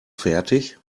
fertig